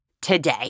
today